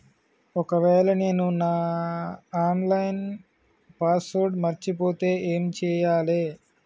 ఒకవేళ నేను నా ఆన్ లైన్ పాస్వర్డ్ మర్చిపోతే ఏం చేయాలే?